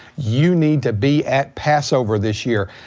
you need to be at passover this year.